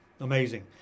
Amazing